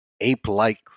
ape-like